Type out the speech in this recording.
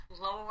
lower